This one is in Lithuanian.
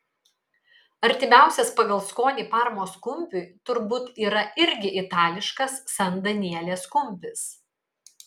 artimiausias pagal skonį parmos kumpiui turbūt yra irgi itališkas san danielės kumpis